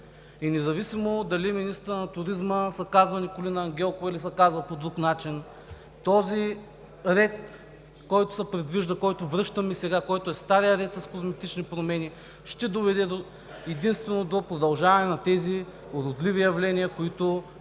И независимо дали министърът на туризма се казва Николина Ангелкова, или се казва по друг начин, този ред, който се предвижда, който връщаме сега, който е старият ред с козметични промени, ще доведе единствено до продължаване на тези уродливи явления, които